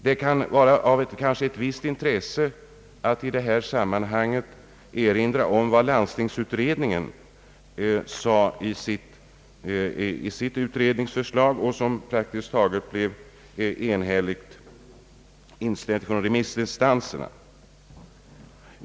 Det kan vara av ett visst intresse att erinra om vad landstingsutredningen framhöll i sitt utredningsförslag och som praktiskt taget vann enhällig anslutning från remissinstansernas sida.